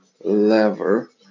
lever